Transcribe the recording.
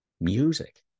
Music